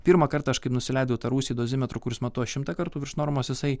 pirmąkartą aš kaip nusileidau į tą rūsį dozimetrų kuris matuoja šimtą kartų virš normos jisai